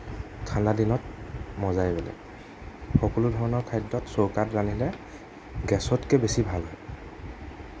ঠাণ্ডা দিনত মজাই বেলেগ সকলোধৰণৰ খাদ্য চৌকাত ৰান্ধিলে গেছতকৈ বেছি ভাল হয়